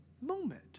moment